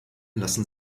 lassen